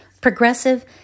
progressive